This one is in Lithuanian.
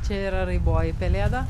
čia yra raiboji pelėda